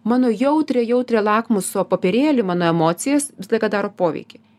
mano jautrią jautrią lakmuso popierėlį mano emocijas visą laiką daro poveikį